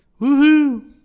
Woohoo